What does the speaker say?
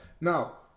Now